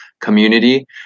community